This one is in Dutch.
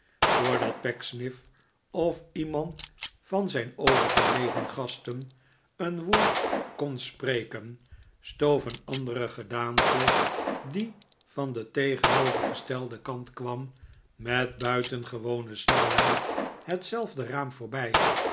voordat pecksniff of iemand van zijn overgebleven gasten een woord kon spreken stoof een andere gedaante die van den tegenovergestelden kant kwam met buitengewone snelheid hetzelfde raam voorbij